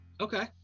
Okay